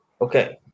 Okay